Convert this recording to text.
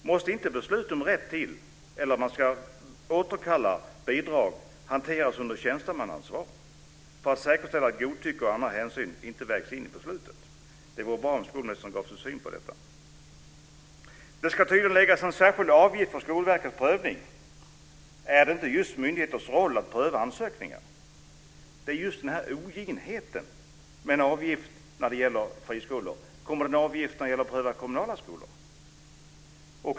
Måste inte beslut om rätt till, eller återkallande av, bidrag hanteras under tjänstemannaansvar för att säkerställa att godtycke och andra hänsyn inte vägs in i beslutet? Det vore bra om skolministern gav sin syn på detta. Det ska tydligen tillkomma en särskild avgift för Skolverkets prövning. Är det inte just myndigheters roll att pröva ansökningar? Det är ogint med en avgift när det gäller friskolor. Kommer det en avgift för att pröva kommunala skolor?